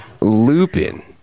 lupin